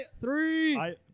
Three